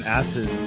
acid